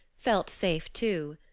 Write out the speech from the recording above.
felt safe, too.